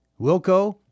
Wilco